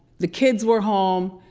the kids were home,